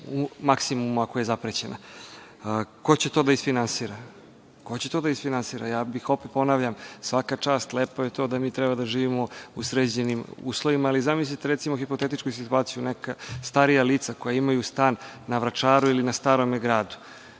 u maksimumu, ako je zaprećena. Ko će to da isfinansira? Ko će to da isfinansira? Opet ponavljam, svaka čast, lepo je to da mi treba da živimo u sređenim uslovima, ali zamislite, recimo, hipotetičku situaciju, neka starija lica koja imaju stan na Vračaru, ili na Starom Gradu,